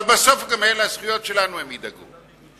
בסוף גם לזכויות שלנו הם ידאגו.